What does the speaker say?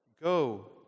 Go